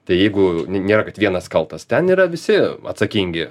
tai jeigu ne nėra vienas kaltas ten yra visi atsakingi